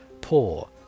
poor